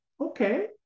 Okay